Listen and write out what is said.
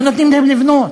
לא נותנים להם לבנות,